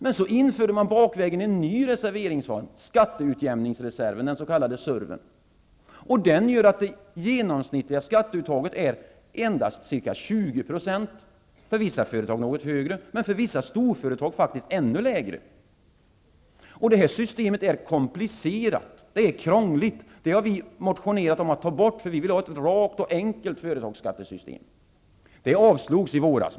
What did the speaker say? Men så infördes bakvägen en ny reserveringsform, nämligen skatteutjämningsreserven, den s.k. surven. Den gör att det genomsnittliga skatteuttaget är endast ca 20 %. För vissa företag kan det vara något högre, men för vissa storföretag faktiskt ännu lägre. Det systemet är komplicerat och krångligt. Vi har väckt motioner om att ta bort det systemet. Vi vill ha ett rakt och enkelt företagsskattesystem. Motionen avslogs i våras.